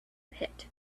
pit